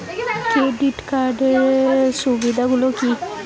Credit কার্ডের সুবিধা গুলো কি?